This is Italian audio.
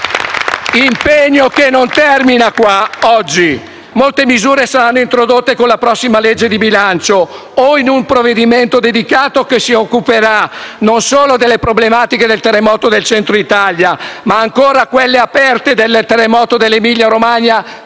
M5S);*impegno che non termina qui oggi. Molte misure saranno introdotte con la prossima legge di bilancio o in un provvedimento dedicato che si occuperà non solo delle problematiche del terremoto del Centro Italia, ma anche di quelle ancora aperte del terremoto dell'Emilia-Romagna